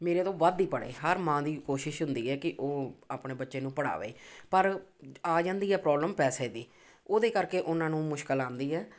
ਮੇਰੇ ਤੋਂ ਵੱਧ ਹੀ ਪੜ੍ਹੇ ਹਰ ਮਾਂ ਦੀ ਕੋਸ਼ਿਸ਼ ਹੁੰਦੀ ਹੈ ਕਿ ਉਹ ਆਪਣੇ ਬੱਚੇ ਨੂੰ ਪੜ੍ਹਾਵੇ ਪਰ ਆ ਜਾਂਦੀ ਆ ਪ੍ਰੋਬਲਮ ਪੈਸੇ ਦੀ ਉਹਦੇ ਕਰਕੇ ਉਹਨਾਂ ਨੂੰ ਮੁਸ਼ਕਿਲ ਆਉਂਦੀ ਹੈ